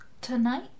tonight